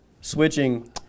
switching